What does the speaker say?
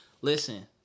Listen